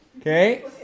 Okay